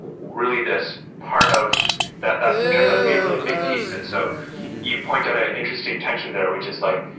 and really, this part of that that turns out to be a really big piece. and so you point out an ah interesting tension there, which is like,